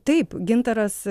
taip gintaras